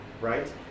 right